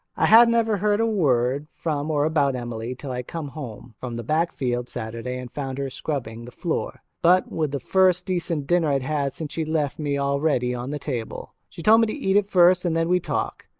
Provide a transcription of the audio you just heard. i hadn't ever heard a word from or about emily till i come home from the back field saturday and found her scrubbing the floor but with the first decent dinner i'd had since she left me all ready on the table. she told me to eat it first and then we'd talk.